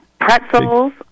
pretzels